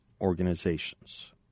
organizations